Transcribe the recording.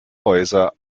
häuser